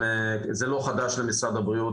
זה לא חדש למשרד הבריאות,